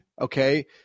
okay